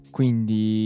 Quindi